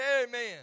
Amen